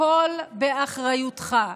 הכול באחריותך.